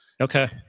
Okay